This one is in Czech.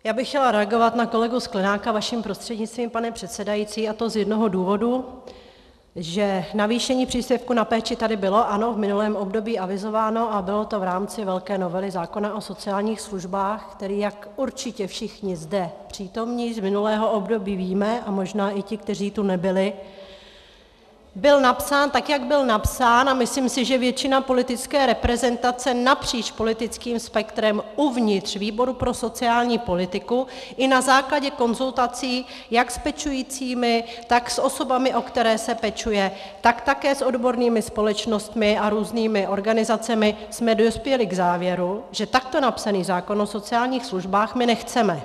Já bych chtěla reagovat na kolegu Sklenáka vaší prostřednictvím, pane předsedající, a to z jednoho důvodu, že navýšení příspěvku na péči tady bylo, ano, v minulém období avizováno a bylo to v rámci velké novely zákona o sociálních službách, který, jak určitě všichni zde přítomní z minulého období víme, a možná i ti, kteří tu nebyli, byl napsán tak, jak byl napsán, a myslím si, že většina politické reprezentace napříč politickým spektrem uvnitř výboru pro sociální politiku i na základě konzultací jak s pečujícími, tak s osobami, o které se pečuje, tak také s odbornými společnostmi a různými organizacemi jsme dospěli k závěru, že takto napsaný zákon o sociálních službách my nechceme.